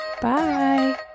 Bye